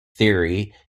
theory